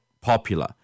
popular